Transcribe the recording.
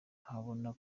ahabona